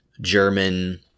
german